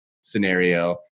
scenario